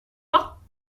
pas